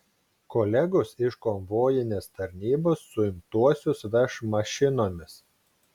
kolegos iš konvojinės tarnybos suimtuosius veš mašinomis